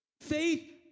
Faith